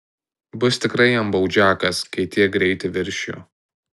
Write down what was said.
bus tikrai jam baudžiakas kai tiek greitį viršijo